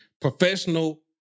professional